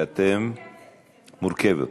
כי התמונה מורכבת.